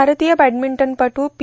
भारतीय बॅडमिंटनपटू पी